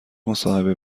مصاحبه